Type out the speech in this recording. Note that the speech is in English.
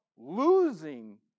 Losing